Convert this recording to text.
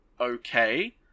okay